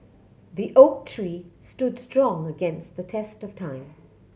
the oak tree stood strong against the test of time